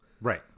Right